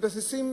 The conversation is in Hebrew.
מתבססים